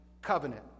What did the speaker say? covenant